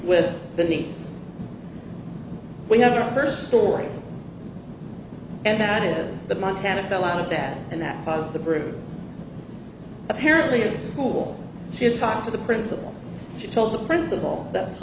with the needs we have our first story and that is the montana fell out of that and that was the group apparently of school she had talked to the principal she told the principal that